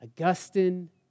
Augustine